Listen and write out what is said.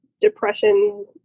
depression